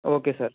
okay sir